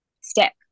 step